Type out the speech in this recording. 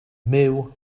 myw